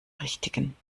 richtigen